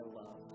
love